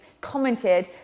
commented